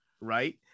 right